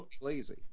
lazy